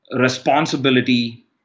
responsibility